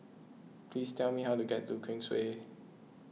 please tell me how to get to Queensway